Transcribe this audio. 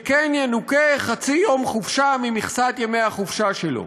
וכן ינוכה חצי יום חופשה ממכסת ימי החופשה שלו.